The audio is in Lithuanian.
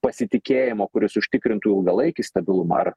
pasitikėjimo kuris užtikrintų ilgalaikį stabilumą ar